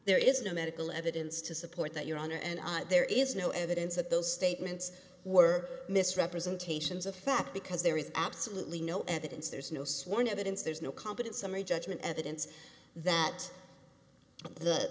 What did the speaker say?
there is no medical evidence to support that your honor and there is no evidence that those statements were misrepresentations of fact because there is absolutely no evidence there's no sworn evidence there's no competent summary judgment evidence that that